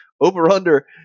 over-under